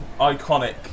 iconic